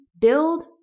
build